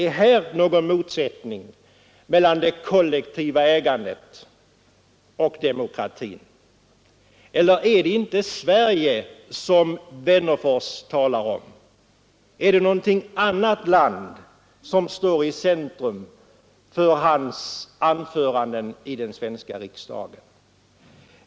Råder där någon motsats mellan det kollektiva ägandet och demokratin? Eller är det inte Sverige som herr Wennerfors talar om? Är det något annat land som står i centrum för hans anföranden i den svenska riksdagen?